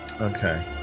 Okay